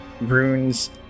runes